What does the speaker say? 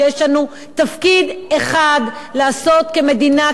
ויש לנו תפקיד אחד לעשות כמדינה,